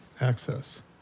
access